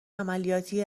عملیاتی